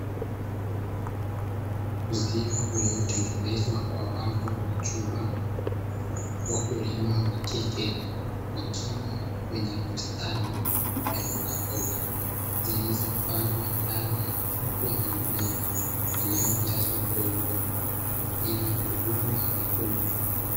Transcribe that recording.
Uzio uliotengenezwa kwa wavu wa chuma wakulima wakike wakiwa kwenye bustani ya mbogamboga, zilizopandwa ndani ya mifuko ya magunia iliyojazwa udongo kwa ajili ya kuvunwa na kuuzwa.